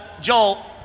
Joel